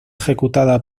ejecutada